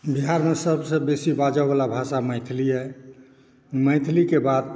बिहारमे सभसँ बेसी बाजैवला भाषा मैथिलीये मैथिलीके बाद